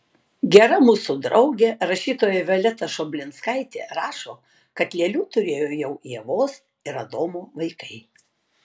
gera mūsų draugė rašytoja violeta šoblinskaitė rašo kad lėlių turėjo jau ievos ir adomo vaikai